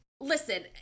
Listen